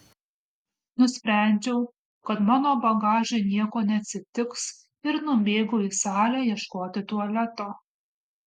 nusprendžiau kad mano bagažui nieko neatsitiks ir nubėgau į salę ieškoti tualeto